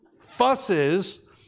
Fusses